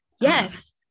Yes